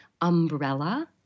umbrella